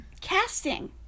Casting